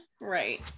Right